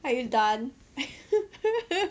are you done